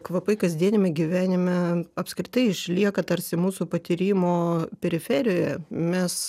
kvapai kasdieniame gyvenime apskritai išlieka tarsi mūsų patyrimo periferijoje mes